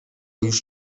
już